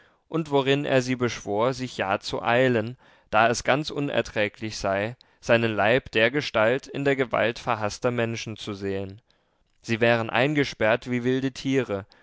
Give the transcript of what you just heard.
und worin er sie beschwor sich ja zu eilen da es ganz unerträglich sei seinen leib dergestalt in der gewalt verhaßter menschen zu sehen sie wären eingesperrt wie wilde tiere